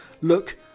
look